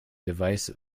device